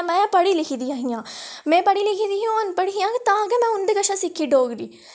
ते में पढ़ी लिखी दी ही में पढ़ी लिखी दी ही ते ओह् अनपढ़ हियां तां बी उं'दे शा सिक्खी डोगरी